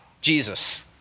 Jesus